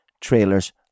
trailers